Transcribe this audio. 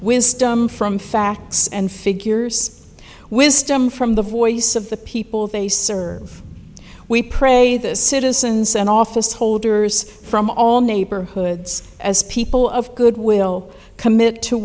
wisdom from facts and figures wisdom from the voice of the people they serve we pray this citizens and office holders from all neighborhoods as people of good will commit